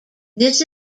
this